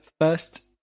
first